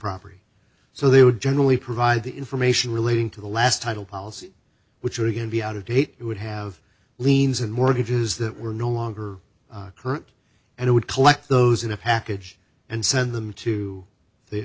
property so they would generally provide the information relating to the last title policy which would again be out of date it would have liens and mortgages that were no longer current and would collect those in a package and send them to the